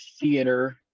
theater